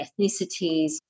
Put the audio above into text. ethnicities